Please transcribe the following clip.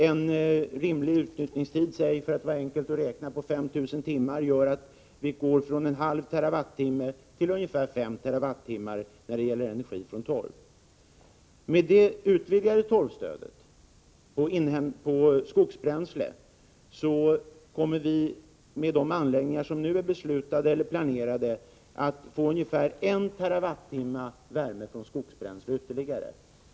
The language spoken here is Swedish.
En utnyttjningstid på — för att det skall vara enkelt att räkna — 5 000 timmar gör att vi ökar från 1/2 TWh till ungefär 5 TWh när det gäller energi från torv. Med det utvidgade stödet— avseende inhemska bränslen — kommer vi, med de anläggningar som nu är beslutade eller planerade, att få ytterligare ungefär 1 TWh värme från skogsbränsle.